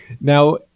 Now